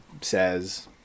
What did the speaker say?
says